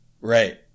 Right